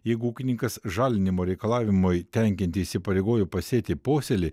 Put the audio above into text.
jeigu ūkininkas žalinimo reikalavimui tenkinti įsipareigojo pasėti posėlį